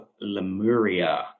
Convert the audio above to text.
Lemuria